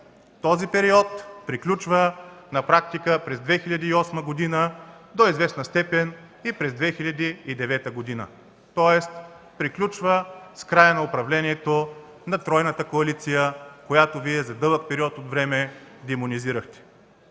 Този период приключва на практика през 2008 г., до известна степен и през 2009 г. Тоест, приключва с края на управлението на тройната коалиция, която Вие за дълъг период от време демонизирахте.